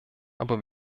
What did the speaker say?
aber